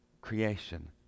creation